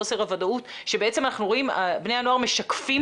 חוסר הוודאות שבעצם בני הנוער משקפים